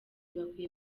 bakwiye